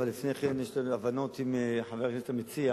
אבל לפני כן יש לנו הבנות עם חבר הכנסת המציע